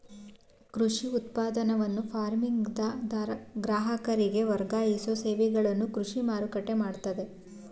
ಕೃಷಿ ಉತ್ಪನ್ನವನ್ನ ಫಾರ್ಮ್ನಿಂದ ಗ್ರಾಹಕರಿಗೆ ವರ್ಗಾಯಿಸೋ ಸೇವೆಗಳನ್ನು ಕೃಷಿ ಮಾರುಕಟ್ಟೆ ಮಾಡ್ತದೆ